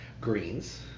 greens